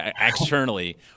externally